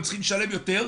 הם צריכים לשלם יותר,